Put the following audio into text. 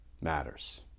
matters